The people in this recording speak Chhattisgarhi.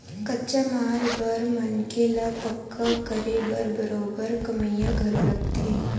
कच्चा माल बर मनखे ल पक्का करे बर बरोबर कमइया घलो लगथे